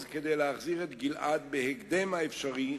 כדי להחזיר את גלעד אל חיק משפחתו בהקדם האפשרי.